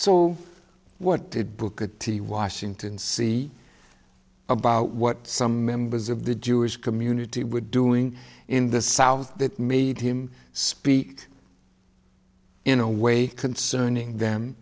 so what that book at the washington see about what some members of the jewish community were doing in the south that made him speak in a way concerning them